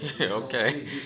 Okay